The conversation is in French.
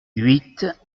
huit